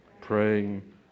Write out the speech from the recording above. praying